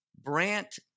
Brant